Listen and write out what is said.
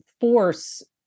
force